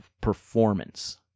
performance